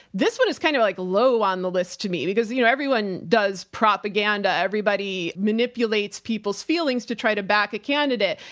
this one is kind of like low on the list to me because you know everyone does propaganda. everybody manipulates people's feelings to try to back a candidate.